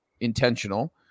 intentional